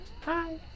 hi